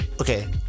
Okay